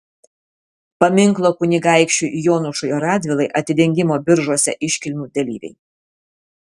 paminklo kunigaikščiui jonušui radvilai atidengimo biržuose iškilmių dalyviai